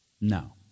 No